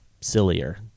sillier